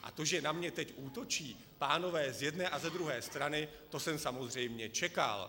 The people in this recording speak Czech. A to, že na mě teď útočí pánové z jedné a ze druhé strany, to jsem samozřejmě čekal.